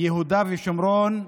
יהודה ושומרון,